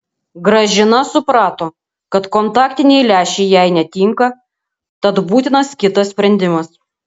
gražina suprato kad kontaktiniai lęšiai jai netinka tad būtinas kitas sprendimas